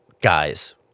guys